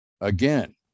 Again